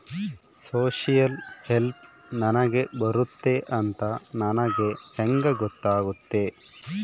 Social help ನನಗೆ ಬರುತ್ತೆ ಅಂತ ನನಗೆ ಹೆಂಗ ಗೊತ್ತಾಗುತ್ತೆ?